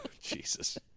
Jesus